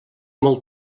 molt